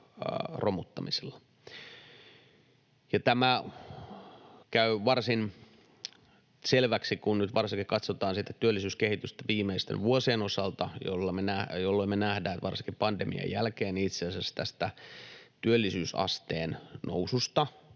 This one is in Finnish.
romuttamisilla. Tämä käy varsin selväksi, kun nyt varsinkin katsotaan sitä työllisyyskehitystä viimeisten vuosien osalta, jolloin me näemme varsinkin pandemian jälkeen itse asiassa tästä työllisyysasteen noususta,